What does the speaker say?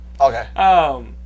Okay